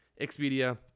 Expedia